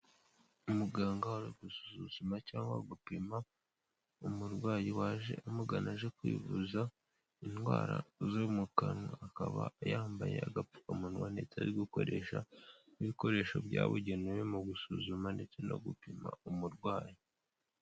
Umuganga ari gususuzuma cyangwa gupima umurwayi waje amugana aje kwivuza indwara zo mu kanwa akaba yambaye agapfukamunwa ndetse ari gukoresha ibikoresho byabugenewe mu gusuzuma ndetse no gupima umurwayi.